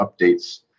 updates